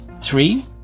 Three